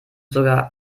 sogar